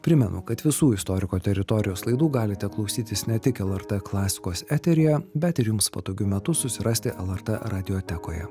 primenu kad visų istoriko teritorijos laidų galite klausytis ne tik lrt klasikos eteryje bet ir jums patogiu metu susirasti lrt radiotekoje